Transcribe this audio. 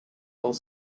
both